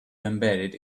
embedded